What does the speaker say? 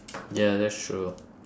ya that's true